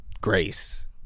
grace